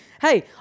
hey